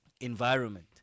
environment